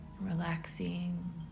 relaxing